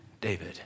David